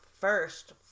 first